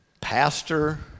Pastor